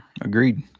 Agreed